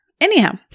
anyhow